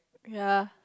ya